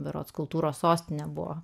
berods kultūros sostine buvo